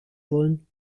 wollen